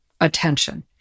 attention